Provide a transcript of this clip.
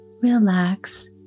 relax